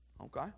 Okay